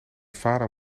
vader